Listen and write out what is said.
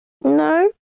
No